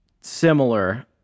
similar